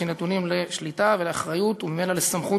שנתונים לשליטה ולאחריות וממילא לסמכות